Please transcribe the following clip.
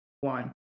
one